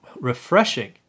refreshing